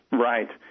Right